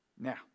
Now